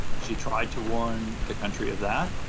she tried to warn the country of that.